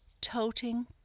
toting